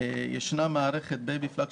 יש מערכת ישראלית, Baby Flag,